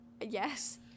Yes